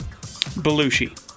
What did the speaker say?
Belushi